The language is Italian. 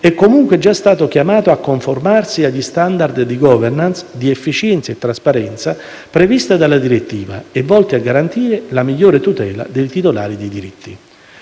è comunque già stato chiamato a conformarsi agli *standard* di *governance*, di efficienza e trasparenza previsti dalla direttiva e volti a garantire la migliore tutela dei titolari dei diritti.